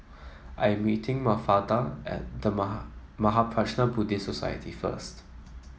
I'm meeting Mafalda at The Mahaprajna Buddhist Society first